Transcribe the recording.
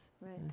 Right